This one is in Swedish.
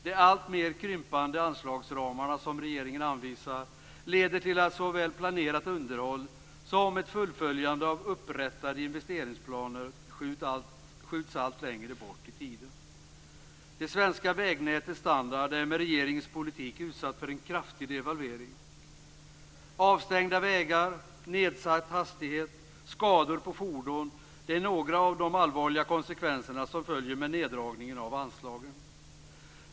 De alltmer krympande anslagsramar som regeringen anvisar leder till att såväl planerat underhåll som ett fullföljande av upprättade investeringsplaner skjuts allt längre bort i tiden. Det svenska vägnätets standard är med regeringens politik utsatt för en kraftig devalvering. Avstängda vägar, nedsatt hastighet, skador på fordon är några av de allvarliga konsekvenser som följer med neddragningen av anslagen.